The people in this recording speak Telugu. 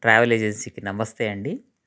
ట్రావెల్ ఏజెన్సీకి నమస్తే అండి